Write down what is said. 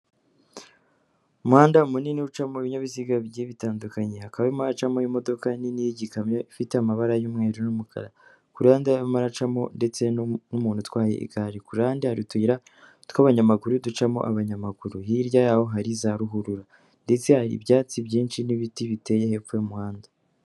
Umuhanda munini ucamo ibinyabiziga bitandukanye, hakabamo hari gucamo imodoka nini y'ikamyo ifite amabara y'umweru n'umukara, kurande y'amaracamo ndetse n'umuntu utwaye igare, kurande hari utuyira tw'abanyamaguru ducamo abanyamaguru, hirya yaho hari za ruhurura, ndetse hari ibyatsi byinshi n'ibiti biteye hepfo y'umuhanda.